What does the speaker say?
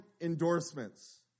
endorsements